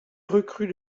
recrue